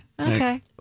Okay